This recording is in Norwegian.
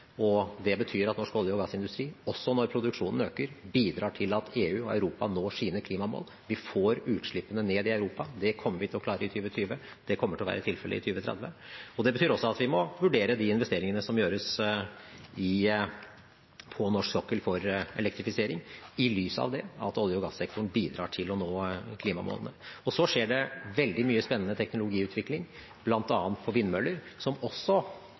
Det betyr at norsk olje- og gassindustri – også når produksjonen øker – bidrar til at EU og Europa når sine klimamål. Vi får utslippene ned i Europa. Det kommer vi til å klare i 2020, det kommer til å være tilfellet i 2030. Det betyr også at vi må vurdere de investeringene som gjøres på norsk sokkel for elektrifisering, i lys av det, at olje- og gassektoren bidrar til å nå klimamålene. Det skjer veldig mye spennende teknologiutvikling, bl.a. når det gjelder vindmøller, som også,